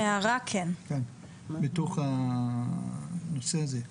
מתוך הנושא הזה.